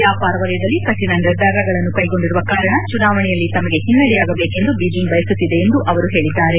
ವ್ಯಾಪಾರ ವಲಯದಲ್ಲಿ ಕಠಿಣ ನಿರ್ಧಾರಗಳನ್ನು ಕೈಗೊಂಡಿರುವ ಕಾರಣ ಚುನಾವಣೆಯಲ್ಲಿ ತಮಗೆ ಹಿನ್ನೆಡೆಯಾಗಬೇಕೆಂದು ಬೀಜಿಂಗ್ ಬಯಸುತ್ತಿದೆ ಎಂದು ಅವರು ಹೇಳಿದ್ದಾರೆ